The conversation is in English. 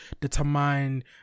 determine